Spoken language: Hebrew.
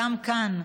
גם כאן,